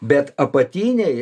bet apatinėj